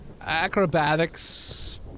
Acrobatics